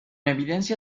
evidencia